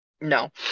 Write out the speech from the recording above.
no